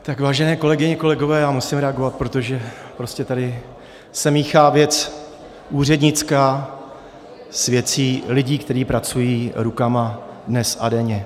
Tak, vážené kolegyně, kolegové, já musím reagovat, protože prostě tady se míchá věc úřednická s věcí lidí, kteří pracují rukama dnes a denně.